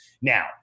Now